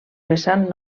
vessant